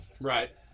Right